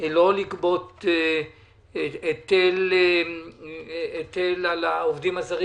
לא לגבות היטל על העובדים הזרים.